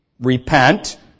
Repent